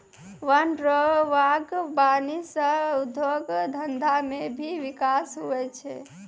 वन रो वागबानी सह उद्योग धंधा मे भी बिकास हुवै छै